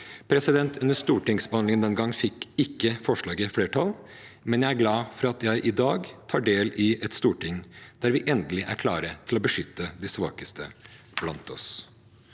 dette. Under stortingsbehandlingen den gang fikk ikke forslaget flertall, men jeg er glad for at jeg i dag tar del i et storting der vi endelig er klare til å beskytte de svakeste blant oss.